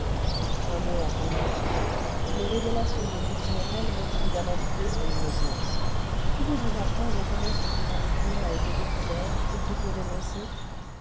un mot encore monsieur les révélations de louise morel m'ont évidemment prouvé son innocence pouvez-vous m'apprendre comment son prétendu crime a été découvert ou plutôt dénoncé